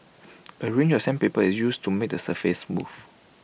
A range of sandpaper is used to make the surface smooth